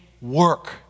work